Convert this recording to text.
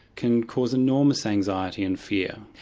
can cause enormous anxiety and fear.